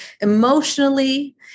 emotionally